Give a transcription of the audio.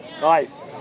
Nice